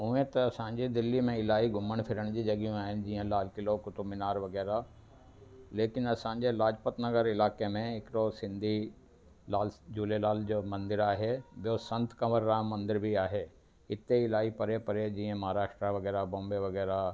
हूअं त असां जे दिल्लीअ में इलाही घुमण फिरण जूं जॻहियूं आहिनि जीअं त लाल किलो कुतुब मिनार वग़ैरह लेकिन असांजे लाजपतनगर इलाइक़े में हिकिड़ो सिंधी लाल स झूलेलाल जो मंदरु आहे ॿियो संत कंवरराम मंदर बि आहे इते इलाही परे परे जीअं महाराष्ट्र वग़ैरह बॉम्बे वग़ैरह